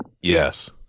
Yes